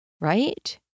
right